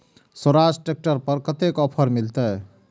Swaraj tractor पर कतेक offer मिलते?